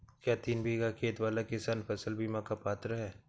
क्या तीन बीघा खेत वाला किसान फसल बीमा का पात्र हैं?